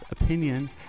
opinion